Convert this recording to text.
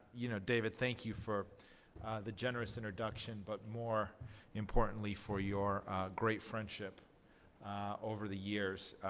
you know david, thank you for the generous introduction, but more importantly, for your great friendship over the years.